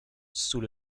sous